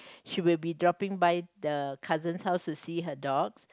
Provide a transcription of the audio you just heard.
she will be dropping by the cousin's house to see her dogs